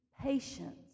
patience